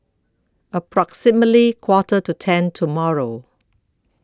approximately Quarter to ten tomorrow